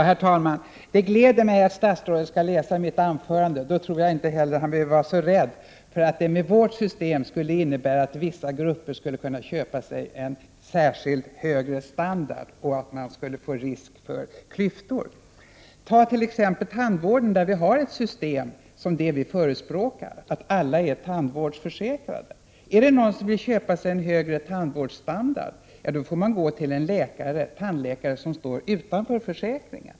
Herr talman! Det gläder mig att statsrådet skall läsa mitt anförande. Då tror jag att han inte heller behöver vara så rädd för att vårt system skulle innebära att vissa grupper skulle kunna köpa sig en särskild högre standard och att det skulle bli risk för klyftor. Se på t.ex. tandvården, där Sverige har ett system som det vi förespråkar, så att alla är tandvårdsförsäkrade. Är det någon som vill köpa sig en högre tandvårdsstandard får man gå till en tandläkare som står utanför försäkringen.